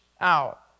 out